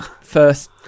first